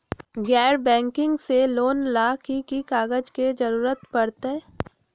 गैर बैंकिंग से लोन ला की की कागज के जरूरत पड़तै?